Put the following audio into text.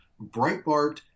Breitbart